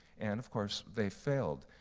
and, of course, they failed.